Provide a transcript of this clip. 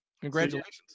Congratulations